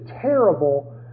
terrible